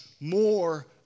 more